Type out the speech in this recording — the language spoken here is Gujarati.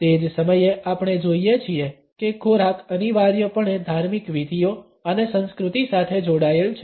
તે જ સમયે આપણે જોઇએ છીએ કે ખોરાક અનિવાર્યપણે ધાર્મિક વિધિઓ અને સંસ્કૃતિ સાથે જોડાયેલ છે